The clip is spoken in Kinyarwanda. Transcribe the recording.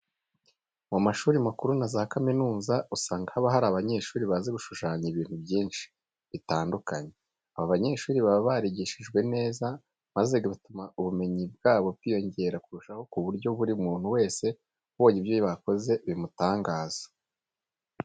Mu mashuri makuru na za kaminuza usanga haba hari abanyeshuri bazi gushushanya ibintu byinshi bitandukanye. Aba banyeshuri baba barigishijwe neza maze bigatuma ubumenyi bwabo bwiyongera kurushaho ku buryo buri muntu wese ubonye ibyo bakoze bimutangaza.